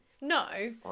No